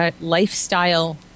lifestyle